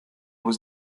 was